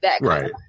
Right